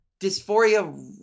dysphoria